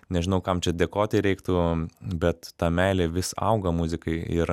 nežinau kam čia dėkoti reiktų bet ta meilė vis auga muzikai ir